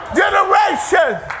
generations